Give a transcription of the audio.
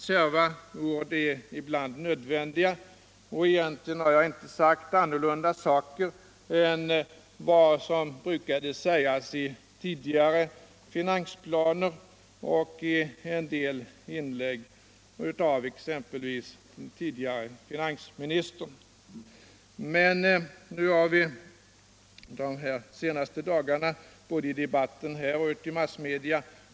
Kärva ord är ibland nödvändiga, och egentligen har jag inte sagt andra saker än vad som brukade sägas i tidigare finansplaner och i en del inlägg av exempelvis den förre finansministern. Men under de senaste dagarna har vi. både i diskussionen här och ute i massmedia.